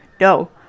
No